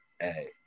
Hey